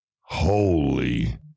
Holy